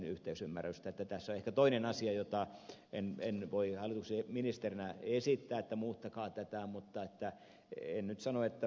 tässä on ehkä toinen asia jota en voi hallituksen ministerinä esittää että muuttakaa tätä mutta en nyt sano että ed